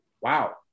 Wow